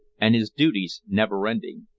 and his duties never-ending.